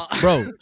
bro